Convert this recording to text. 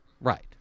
Right